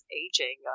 aging